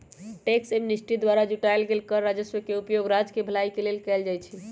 tax amnesty द्वारा जुटाएल गेल कर राजस्व के उपयोग राज्य केँ भलाई के लेल कएल जाइ छइ